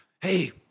hey